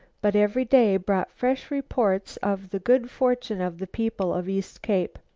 but every day brought fresh reports of the good fortune of the people of east cape.